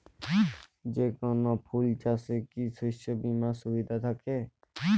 যেকোন ফুল চাষে কি শস্য বিমার সুবিধা থাকে?